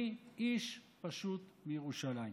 אני איש פשוט מירושלים.